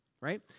right